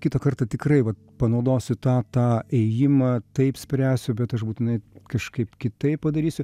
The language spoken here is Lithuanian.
kitą kartą tikrai vat panaudosiu tą tą ėjimą taip spręsiu bet aš būtinai kažkaip kitaip padarysiu